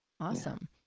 Awesome